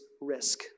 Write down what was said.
risk